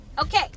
Okay